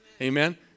Amen